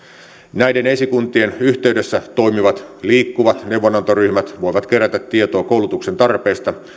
näiden esikuntien yhteydessä toimivat liikkuvat neuvonantoryhmät voivat kerätä tietoa koulutuksen tarpeesta